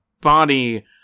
body